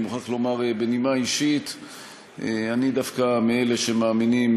אני מוכרח לומר בנימה אישית שאני דווקא מאלה שמאמינים